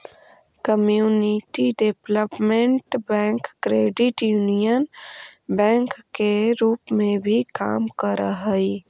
community development bank credit union bank के रूप में भी काम करऽ हइ